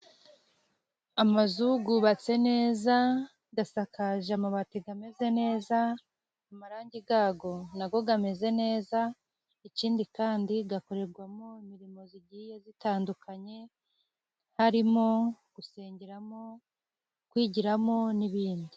Amazu yubatse neza asakaje amabati ameze neza, amarangi yayo ameze neza ikindi kandi ikorerwamo imirimo igiye itandukanye harimo gusengeramo, kwigiramo n'ibindi.